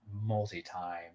multi-time